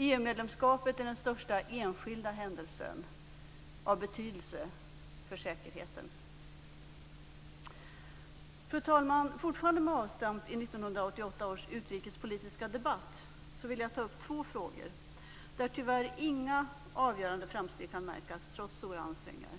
EU-medlemskapet är den största enskilda händelse av betydelse för säkerheten. Fru talman! Fortfarande med avstamp i 1988 års utrikespolitiska debatt vill jag ta upp två frågor, där några avgörande framsteg tyvärr inte kan märkas trots stora ansträngningar.